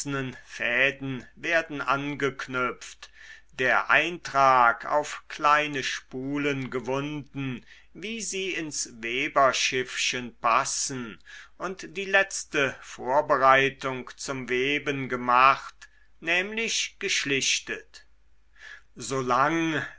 fäden werden angeknüpft der eintrag auf kleine spulen gewunden wie sie ins weberschiffchen passen und die letzte vorbereitung zum weben gemacht nämlich geschlichtet so lang